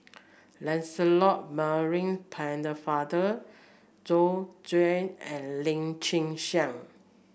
Lancelot Maurice Pennefather Joyce Jue and Lim Chin Siong